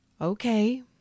Okay